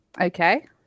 Okay